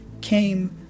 came